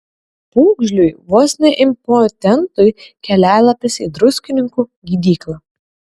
pūgžliui vos ne impotentui kelialapis į druskininkų gydyklą